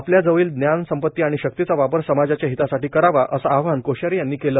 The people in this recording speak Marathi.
आपल्या जवळील ज्ञानप्र संपती आणि शक्तीचा वापर समाजाच्या हितासाठी करावार असे आवाहन कोशारी यांनी केले